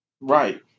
right